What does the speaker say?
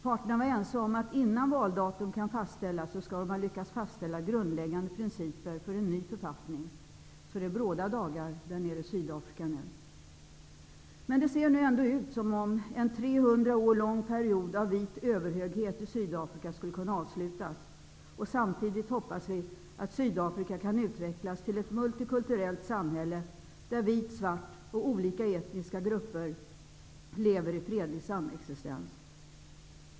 Parterna var ense om att innan valdatum kan fastställas skall de ha lyckats fastställa grundläggande principer för en ny författning. Så det är bråda dagar nere i Sydafrika nu. Men det ser nu ut som om en 300 år lång period av vit överhöghet i Sydafrika skulle kunna avslutas. Samtidigt hoppas vi att Sydafrika kan utvecklas till ett multikulturellt samhälle där vit och svart och olika etniska grupper lever i fredlig samexistens.